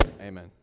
Amen